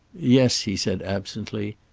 yes, he said absently.